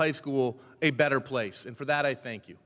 high school a better place and for that i think you